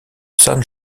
san